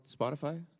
Spotify